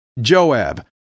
Joab